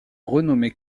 renommée